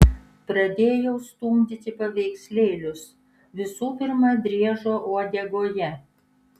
pradėjau stumdyti paveikslėlius visų pirma driežo uodegoje